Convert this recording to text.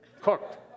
cooked